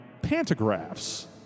pantographs